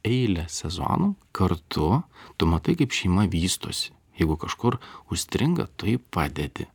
eilę sezonų kartu tu matai kaip šeima vystosi jeigu kažkur užstringa tu jai padedi